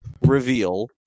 reveal